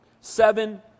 seven